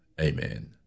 Amen